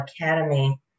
Academy